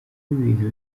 ibintu